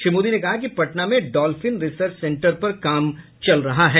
श्री मोदी ने कहा कि पटना में डॉल्फिन रिसर्च सेंटर पर काम चल रहा है